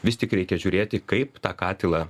vis tik reikia žiūrėti kaip tą katilą